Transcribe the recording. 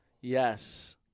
Yes